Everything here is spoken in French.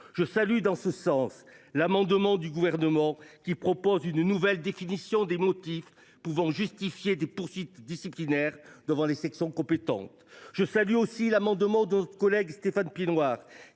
Je salue à ce titre l’amendement du Gouvernement, qui tend à proposer une nouvelle définition des motifs pouvant justifier des poursuites disciplinaires devant les sections compétentes. Je salue aussi l’amendement de notre collègue Stéphane Piednoir,